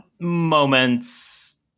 moments